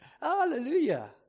Hallelujah